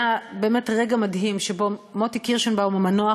היה באמת רגע מדהים שבו מוטי קירשנבאום המנוח,